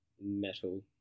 metal